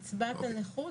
שקלים.